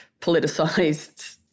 politicised